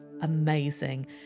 amazing